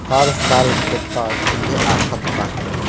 हर साल के त इहे आफत बा